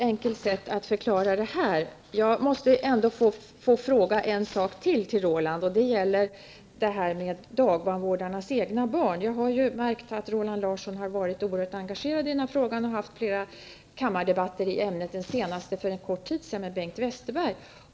Herr talman! Jag måste ändå få ställa ytterligare en fråga till Roland Larsson beträffande dagbarnvårdarnas egna barn. Jag har märkt att Roland Larsson har varit oerhört engagerad i detta ärende och har fört flera kammardebatter i ämnet, den senaste för en kort tid sedan med Bengt Westerberg.